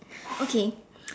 okay